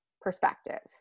perspective